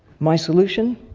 my solution?